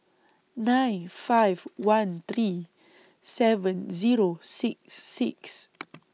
nine five one three seven Zero six six